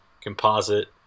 composite